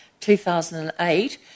2008